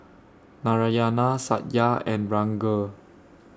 Narayana Satya and Ranga